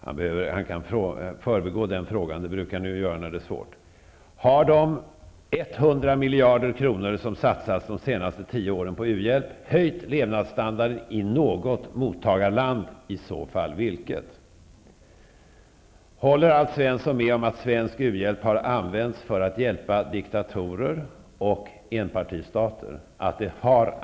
Han kan förbigå den frågan; det brukar ni ju göra när det är svårt. Har de 100 miljarder som satsats de senaste tio åren på u-hjälp höjt levnadsstandarden i något mottagarland och i så fall vilket? Håller Alf Svensson med om att svensk u-hjälp har använts för att hjälpa diktatorer och enpartistater?